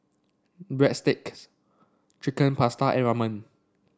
Breadsticks Chicken Pasta and Ramen